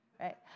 right